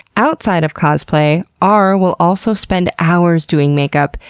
outside of cosplay, r will also spend hours doing make-up,